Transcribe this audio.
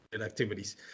activities